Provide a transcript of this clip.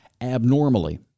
abnormally